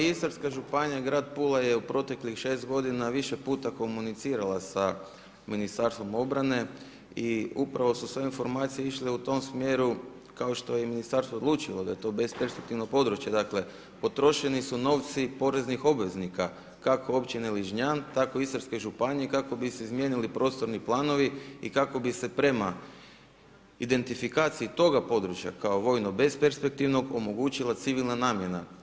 Hvala, Istarska županija i grad Pula je u proteklih 6 g. više puta komunicirala sa Ministarstvom obrane i upravo su sve ove informacije išle u tom smjeru, kao što je to ministarstvo odlučilo, da je to besperspektivno područje, dakle, potrošeni su novci poreznih obveznika, kako općine Ližnjan, tako Istarske županije, kao bi se izmijenili prostorni planovi i kako bi se prema identifikacije toga područja, kao vojnog besperspektivnog, omogućila civilna namjena.